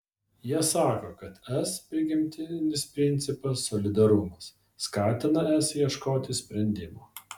jie sako kad es prigimtinis principas solidarumas skatina es ieškoti sprendimų